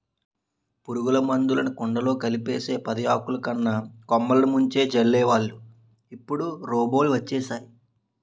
పురుగుల మందులుని కుండలో కలిపేసి పదియాకులున్న కొమ్మలిని ముంచి జల్లేవాళ్ళు ఇప్పుడు రోబోలు వచ్చేసేయ్